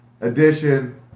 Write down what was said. edition